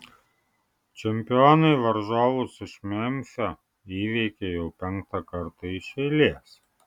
čempionai varžovus iš memfio įveikė jau penktą kartą iš eilės